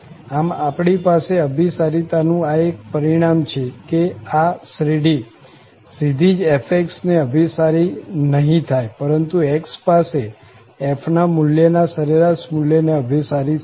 આમ આપણી પાસે અભીસારીતા નું આ એક પરિણામ છે કે આ શ્રેઢી સીધી જ fx ને અભિસારી નહીં થાય પરંતુ x પાસે f ના મૂલ્યના સરેરાશ મુલ્યને અભિસારી થશે